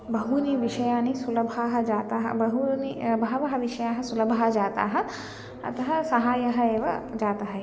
बहूनि विषयाणि सुलभाः जाताः बहूनि बहवः विषयाः सुलभाः जाताः अतः सहायः एव जातः